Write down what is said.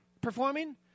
performing